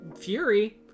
fury